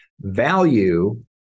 value